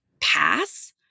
pass